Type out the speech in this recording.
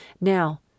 Now